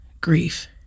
grief